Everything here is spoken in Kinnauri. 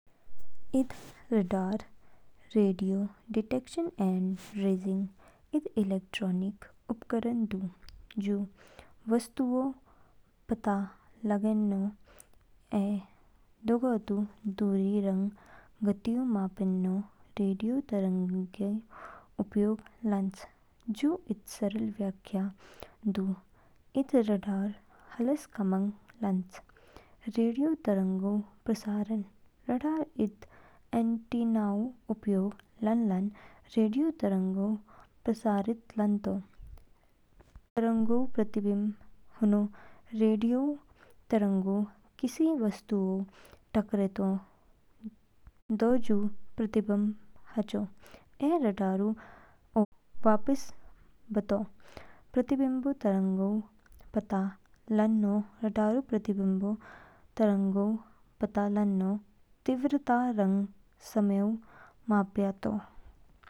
ID radar radio detection and ranging इद electronic उपकरण दू जू वस्तुओंऊ पता लागेनो ऐ दंगो तू दूरी रंग गतिऊ मापेनो रेडियो तरंगों उपयोग लान्च। हुजू इद सरल व्याख्या जू दू इद रडार हालेस कामंग लान्च। रेडियो तरंगोंऊ प्रसारण रडार इद एंटीनाऊ उपयोग लानलान रेडियो तरंगों को प्रसारित लानतो। तरंगोंऊ प्रतिबिंब हुनू रेडियोऊ तरंगें किसी वस्तुओस टाकरेतो, दो जू प्रतिबिंबित हाचो ऐ रडारऊ ओर वापस बतो। प्रतिबिंबित तरंगोंऊ पता लानो रडार प्रतिबिंबित तरंगोंऊ पता लानो दो तीव्रतारंग समयऊ मापयातो।